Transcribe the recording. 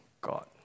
God